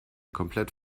komplett